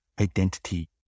identity